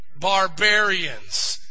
Barbarians